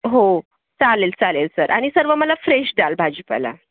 हो चालेल चालेल सर आणि सर्व मला फ्रेश द्याल भाजीपाला